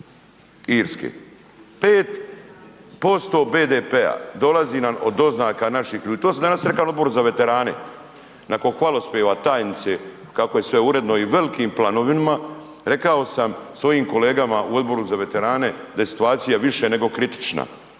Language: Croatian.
5% BDP-a dolazi nam od doznaka naših ljudi. To sam danas rekao Odboru za veterane nakon hvalospjeva tajnice kako je sve uredno i velikim planovima rekao sam svojim kolegama u Odboru za veterane da je situacija više nego kritična.